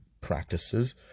practices